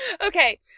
okay